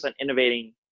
innovating